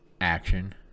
Action